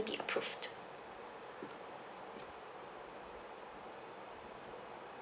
be approved